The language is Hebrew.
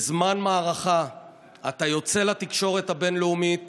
בזמן מערכה אתה יוצא לתקשורת הבין-לאומית